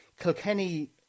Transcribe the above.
Kilkenny